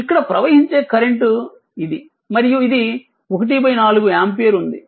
ఇక్కడ ప్రవహించే కరెంట్ ఇది మరియు ఇది 14 ఆంపియర్ ఉంది